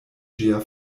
ĝia